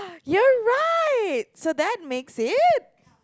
you're right so that makes it